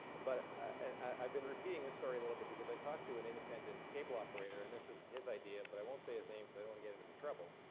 but ah i've been repeating this story a little bit, because i talked to an independent cable operator, and this is his idea, but i won't say his name because i don't want to get him into trouble.